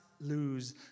lose